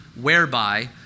whereby